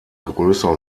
größer